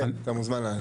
כן, אתה מוזמן לענות.